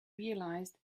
realized